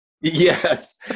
Yes